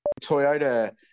Toyota